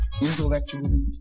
intellectually